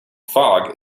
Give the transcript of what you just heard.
fog